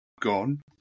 gone